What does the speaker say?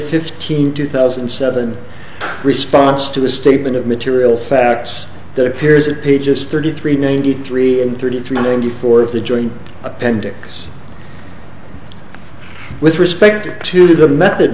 fifteenth two thousand and seven response to a statement of material facts that appears at pages thirty three ninety three and thirty three ninety four of the joint appendix with respect to the method